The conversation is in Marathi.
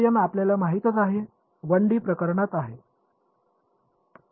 आपल्याला माहितीच आहे 1 डी प्रकरणात आहे